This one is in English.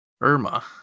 Irma